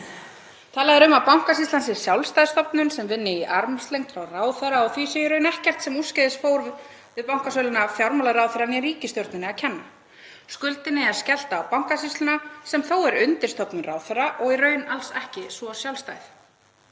Talað er um að Bankasýslan sé sjálfstæð stofnun sem vinni í armslengd frá ráðherra og því sé í rauninni ekkert sem úrskeiðis fór varðandi bankasöluna fjármálaráðherra eða ríkisstjórninni að kenna. Skuldinni er skellt á Bankasýsluna, sem þó er undirstofnun ráðherra og í raun alls ekki svo sjálfstæð.